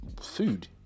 food